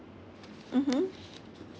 mmhmm